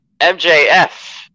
MJF